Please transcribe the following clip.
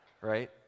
Right